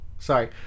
Sorry